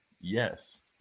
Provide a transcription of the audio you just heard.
Yes